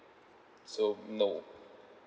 so no